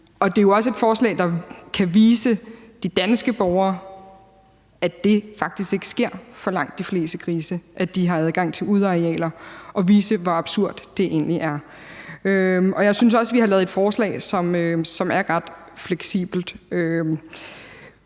Det er jo også et forslag, der kan vise de danske borgere, at det faktisk for langt de fleste grises vedkommende ikke sker, altså at de har adgang til udearealer, og vise, hvor absurd det egentlig er. Jeg synes også, vi har lavet et forslag, som er ret fleksibelt.